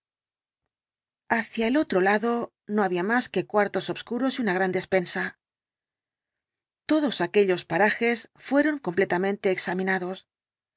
hacia el otro lado no había más que cuartos obscuros y una gran despensa todos aquellos parajes fueron completamente examinados